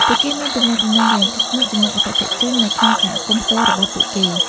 ពួកគេមានទំនាក់ទំនងយ៉ាងជិតស្និទ្ធជាមួយអតិថិជននៅក្នុងសហគមន៍ផ្ទាល់របស់ពួកគេ។